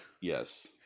Yes